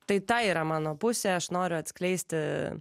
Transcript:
tai ta yra mano pusė aš noriu atskleisti